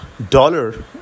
dollar